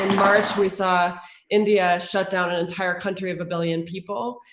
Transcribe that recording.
in march, we saw india shut down an entire country of a billion people,